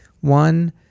one